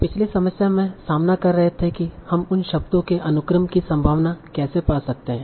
पिछली समस्या में सामना कर रहे थे की हम शब्दों के अनुक्रम की संभावना कैसे पा सकते हैं